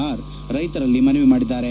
R ರೈತರಲ್ಲಿ ಮನವಿ ಮಾಡಿದ್ದಾರೆ